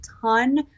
ton